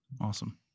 Awesome